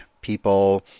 people